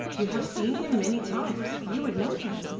you have seen him many times. you would know him.